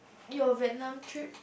your Vietnam trip